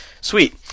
sweet